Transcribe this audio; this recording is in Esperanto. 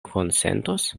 konsentos